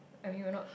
I mean we're not